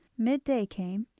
mid-day came,